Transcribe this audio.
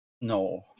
no